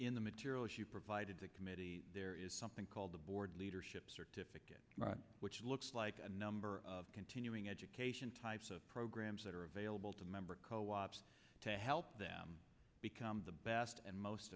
in the materials you provided the committee there is something called the board leadership certificate which looks like a number of continuing education types of programs that are available to member co ops to help them become the best and most